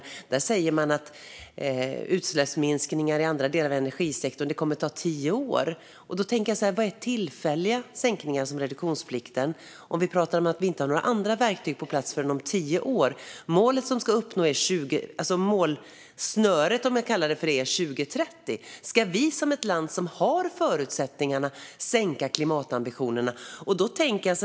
Där säger man att utsläppsminskningar i andra delar av energisektorn kommer att ta tio år. Vad innebär tillfälliga sänkningar av reduktionsplikten om vi inte har några andra verktyg på plats förrän om tio år? Målsnöret är 2030. Ska vi som ett land som har förutsättningarna minska klimatambitionerna?